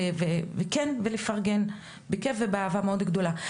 וכן גם לפרגן בכיף ובאהבה מאוד גדולה.